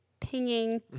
pinging